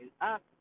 up